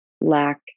lack